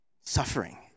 Suffering